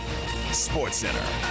SportsCenter